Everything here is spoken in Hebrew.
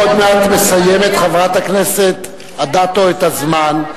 עוד מעט מסיימת חברת הכנסת אדטו את הזמן,